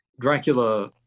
Dracula